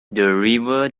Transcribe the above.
river